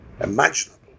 imaginable